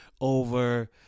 over